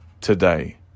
today